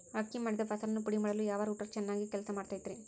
ಅಕ್ಕಿ ಮಾಡಿದ ಫಸಲನ್ನು ಪುಡಿಮಾಡಲು ಯಾವ ರೂಟರ್ ಚೆನ್ನಾಗಿ ಕೆಲಸ ಮಾಡತೈತ್ರಿ?